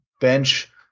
bench